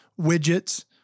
widgets